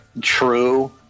True